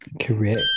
Correct